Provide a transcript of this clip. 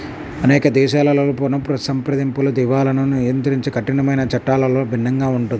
అనేక దేశాలలో పునఃసంప్రదింపులు, దివాలాను నియంత్రించే కఠినమైన చట్టాలలో భిన్నంగా ఉంటుంది